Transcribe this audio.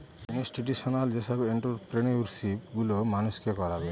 institutional যেসব entrepreneurship গুলো মানুষকে করাবে